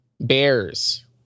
Bears